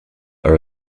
are